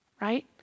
Right